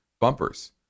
bumpers